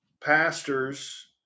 pastors